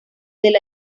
del